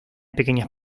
pequeñas